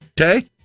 Okay